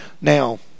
Now